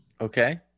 okay